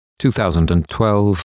2012